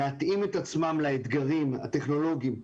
להתאים את עצמם לאתגרים הטכנולוגיים,